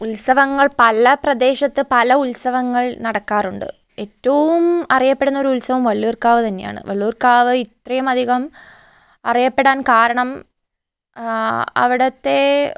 ഉത്സവങ്ങൾ പല പ്രദേശത്ത് പല ഉത്സവങ്ങൾ നടക്കാറുണ്ട് ഏറ്റവും അറിയപ്പെടുന്ന ഒരു ഉത്സവം വള്ളിയൂർകാവ് തന്നെയാണ് വള്ളിയൂർകാവ് ഇത്രയുമധികം അറിയപ്പെടാൻ കാരണം ആ അവിടുത്തെ